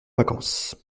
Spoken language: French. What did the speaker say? vacances